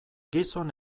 gizon